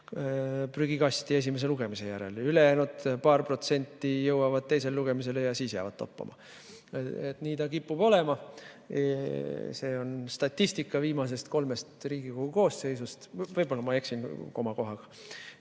prügikasti esimese lugemise järel, ülejäänud paar protsenti jõuavad teisele lugemisele ja jäävad siis toppama. Nii see kipub olema. See on statistika viimase kolme Riigikogu koosseisu ajast. Võib-olla ma eksin komakohaga.